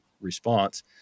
response